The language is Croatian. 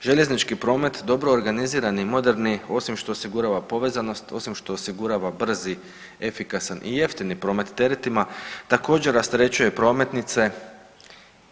željeznički promet dobro organiziran i moderni osim što osigurava povezanost, osim što osigurava brzi, efikasan i jeftini promet teretima također rasterećuje prometnice